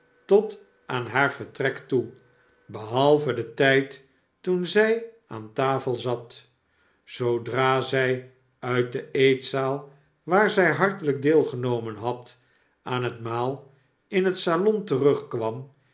tot aan haar vertrek toe behalve den tijd toen zij aan tafel zat zoodra zy uit de eetzaal waar zy hartelyk deelgenomen had aan het maal in het salon terugkwam